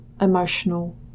emotional